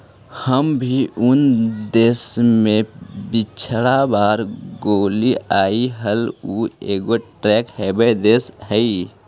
हम भी जऊन देश में पिछला बार गेलीअई हल ऊ एगो टैक्स हेवन देश हलई